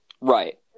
right